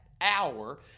hour